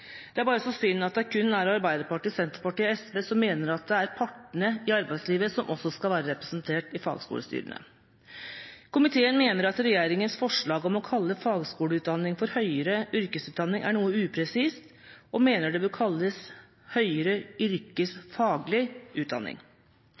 Det er bare så synd at det kun er Arbeiderpartiet, Senterpartiet og SV som mener at det er partene i arbeidslivet som også skal være representert i fagskolestyrene. Komiteen mener at regjeringas forslag om å kalle fagskoleutdanning for høyere yrkesutdanning er noe upresist, og mener det bør kalles høyere